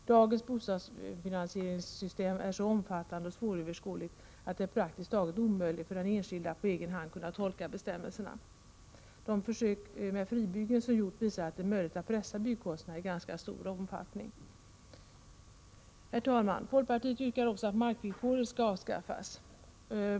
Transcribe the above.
Dagens bostadsfinansieringssystem är så omfattande och svåröverskådligt att det är praktiskt taget omöjligt för den enskilde att på egen hand kunna tolka bestämmelserna. De försök med fribyggen som gjorts visar att det är möjligt att pressa byggkostnaderna i ganska stor omfattning. Herr talman! Folkpartiet yrkar också att markvillkoret skall avskaffas.